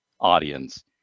audience